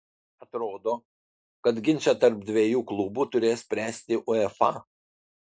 atrodo kad ginčą tarp dviejų klubų turės spręsti uefa